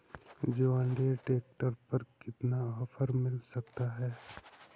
John Deere tractor पर कितना offer मिल सकता है?